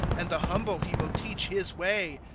and the humble he will teach his way,